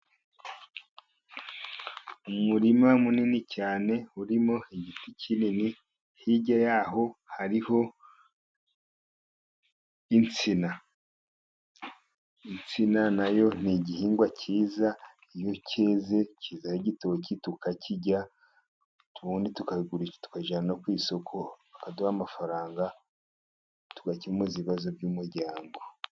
Umurima munini cyane urimo igiti kinini, hirya yaho hariho insina. Insina nayo ni igihingwa kiza, iyo cyeze kizaho igitoki tukakirya, ubundi tukagurisha, tukajyana ku isoko bakaduha amafaranga, tugakemuza ibibazo by'umuryango.